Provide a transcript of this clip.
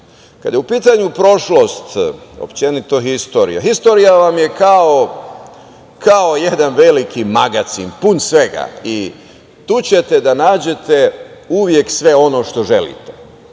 je u pitanju prošlost, generalno, istorija, istorija vam je kao jedan veliki magacin pun svega i tu ćete da nađete uvek sve ono što želite.